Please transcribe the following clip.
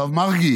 הרב מרגי,